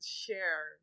share